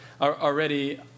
already